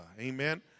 Amen